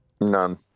none